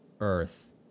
Earth